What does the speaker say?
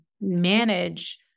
manage